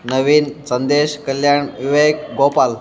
Naveen Sandesh Kalyan Vivek Gopal